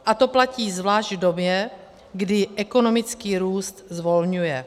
A to platí zvlášť v době, kdy ekonomický růst zvolňuje.